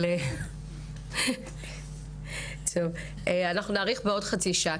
אנחנו נאריך בחצי שעה,